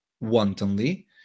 wantonly